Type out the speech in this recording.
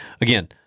Again